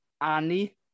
Annie